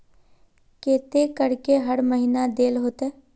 केते करके हर महीना देल होते?